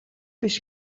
биш